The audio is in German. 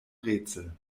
rätsel